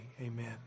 amen